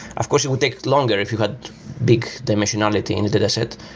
of course, it would take longer if you had big dimensionality in a dataset,